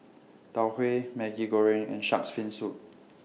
Tau Huay Maggi Goreng and Shark's Fin Soup